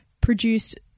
produced